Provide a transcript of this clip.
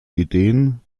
ideen